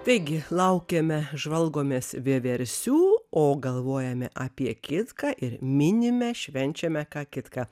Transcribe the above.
taigi laukiame žvalgomės vieversių o galvojame apie kitką ir minime švenčiame ką kitką